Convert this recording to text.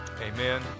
amen